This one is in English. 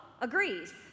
agrees